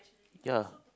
ya